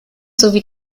sowie